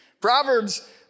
Proverbs